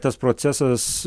tas procesas